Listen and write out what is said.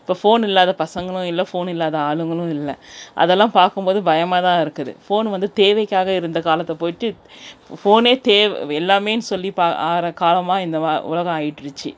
இப்போ ஃபோன் இல்லாத பசங்களும் இல்ல ஃபோன் இல்லாத ஆளுங்களும் இல்லை அதெலாம் பார்க்கும்போது பயமாகதான் இருக்குது ஃபோனு வந்து தேவைக்காக இருந்த காலத்தை போய்விட்டு ஃபோனே தே எல்லாமேனு சொல்லி இப்போ ஆகிற காலமாக இந்த ஆ உலகம் ஆகிட்ருச்சி